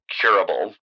curable